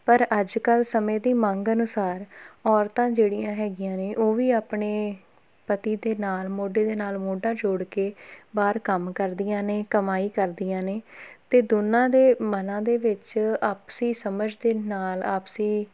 ਪਰ ਅੱਜ ਕੱਲ੍ਹ ਸਮੇਂ ਦੀ ਮੰਗ ਅਨੁਸਾਰ ਔਰਤਾਂ ਜਿਹੜੀਆਂ ਹੈਗੀਆਂ ਨੇ ਉਹ ਵੀ ਆਪਣੇ ਪਤੀ ਦੇ ਨਾਲ ਮੋਢੇ ਦੇ ਨਾਲ ਮੋਢਾ ਜੋੜ ਕੇ ਬਾਹਰ ਕੰਮ ਕਰਦੀਆਂ ਨੇ ਕਮਾਈ ਕਰਦੀਆਂ ਨੇ ਅਤੇ ਦੋਨਾਂ ਦੇ ਮਨਾਂ ਦੇ ਵਿੱਚ ਆਪਸੀ ਸਮਝ ਦੇ ਨਾਲ ਆਪਸੀ